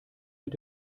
mit